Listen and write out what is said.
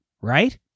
right